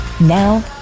Now